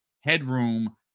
headroom